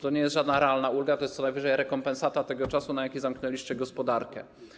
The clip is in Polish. To nie jest żadna realna ulga, to jest co najwyżej rekompensata tego czasu, na jaki zamknęliście gospodarkę.